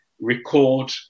record